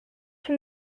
from